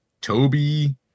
Toby